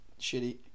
shitty